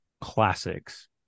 classics